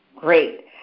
Great